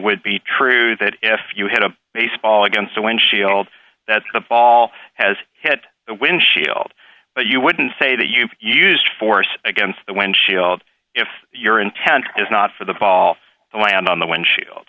would be true that if you had a baseball against a windshield that the ball has hit the windshield but you wouldn't say that you used force against the windshield if your intent is not for the ball to land on the windshield